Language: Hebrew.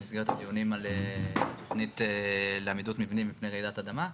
במסגרת הדיונים על תוכנית לעמידות מבנים מפני רעידת אדמה.